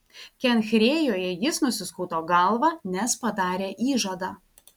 kenchrėjoje jis nusiskuto galvą nes padarė įžadą